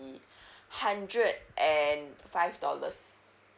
hundred and five dollars